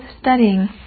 studying